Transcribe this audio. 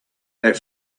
that